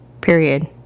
Period